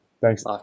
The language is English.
Thanks